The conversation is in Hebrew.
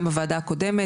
גם בוועדה הקודמת,